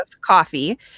coffee